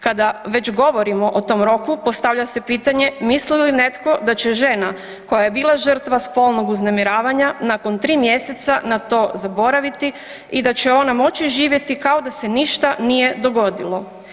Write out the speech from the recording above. Kada već govorimo o tom roku, postavlja se pitanje misli li netko da će žena koja je bila žrtva spolnog uznemiravanja, nakon 3 mjeseca na to zaboraviti i da će ona moći živjeti kao da se ništa nije dogodilo.